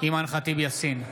אימאן ח'טיב יאסין,